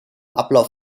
ablauf